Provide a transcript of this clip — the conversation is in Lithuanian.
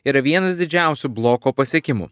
yra vienas didžiausių bloko pasiekimų